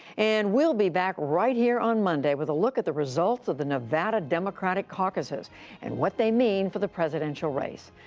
and we will be back right here on monday with a look at the results of the nevada democratic caucuses and what they mean for the presidential race.